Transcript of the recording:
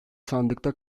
sandıkta